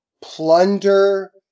plunder